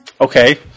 okay